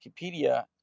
Wikipedia